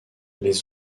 les